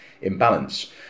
imbalance